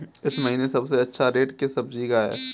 इस महीने सबसे अच्छा रेट किस सब्जी का है?